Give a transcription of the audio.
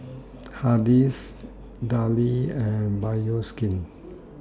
Hardy's Darlie and Bioskin